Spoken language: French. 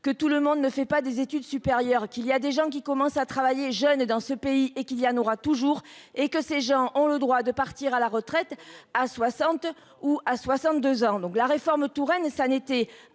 que tout le monde ne fait pas des études supérieures, qu'il y a des gens qui commencent à travailler jeune. Et dans ce pays et qu'il y en aura toujours et que ces gens ont le droit de partir à la retraite à 60 ou à 62 ans, donc la réforme Touraine et ça n'était